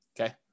Okay